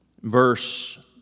Verse